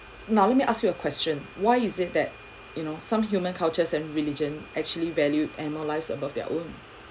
now let me ask you a question why is it that you know some human cultures and religion actually value animals lives above their own